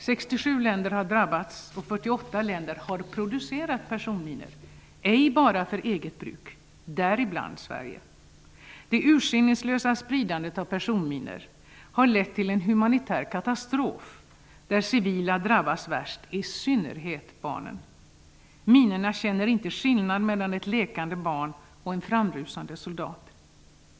67 länder har drabbats, och 48 länder har producerat personminor ej bara för eget bruk, däribland Sverige. Det urskiljningslösa spridandet av personminor har lett till en humanitär katastrof där civila drabbas värst, och i synnerhet barnen. Minorna känner inte skillnad mellan ett lekande barn och en framrusande soldat.